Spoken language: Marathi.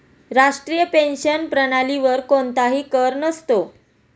राष्ट्रीय पेन्शन प्रणालीवर कोणताही कर नसतो